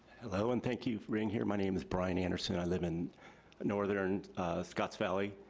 hello, and thank you for being here. my name is brian anderson. i live in northern scotts valley.